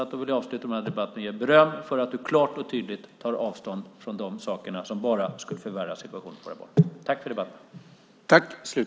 Jag vill alltså avsluta den här debatten med att ge beröm för att du klart och tydligt tar avstånd från de sakerna, som bara skulle förvärra situationen för våra barn.